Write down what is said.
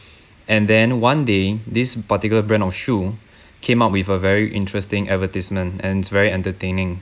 and then one day this particular brand of shoe came up with a very interesting advertisement and it's very entertaining